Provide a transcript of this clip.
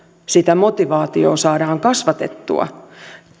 sitä motivaatiota saadaan kasvatettua